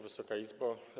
Wysoka Izbo!